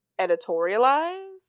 editorialize